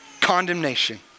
condemnation